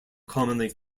commonly